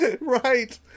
Right